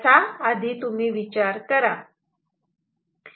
याचा तुम्ही विचार करा